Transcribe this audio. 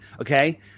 okay